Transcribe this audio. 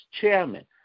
chairman